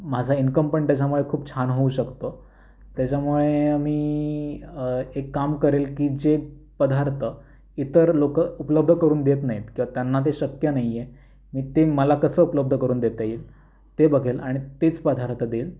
माझा इन्कम पण त्याच्यामुळे खूप छान होऊ शकतो त्याच्यामुळे मी एक काम करेल की जे पदार्त इतर लोक उपलब्ध करून देत नाहीत किवा त्यांना ते शक्य नाही आहे मी ते मला कसं उपलब्ध करून देता येईल ते बघेल आणि तेच पदार्थ देईल